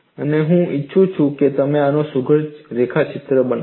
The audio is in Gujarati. અને હું ઈચ્છું છું કે તમે આનો સુઘડ રેખાચિત્ર બનાવો